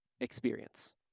experience